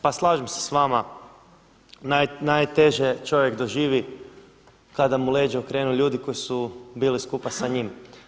Pa slažem se sa vama, najteže čovjek doživi kada mu leđa okrenu ljudi koji su bili skupa sa njim.